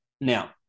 Now